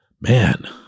man